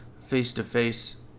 face-to-face